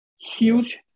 huge